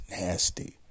nasty